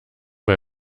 bei